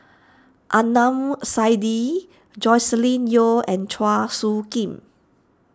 Adnan Saidi Joscelin Yeo and Chua Soo Khim